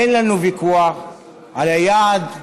אין לנו ויכוח על היעד,